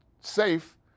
safe